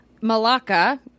Malacca